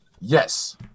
Yes